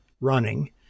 running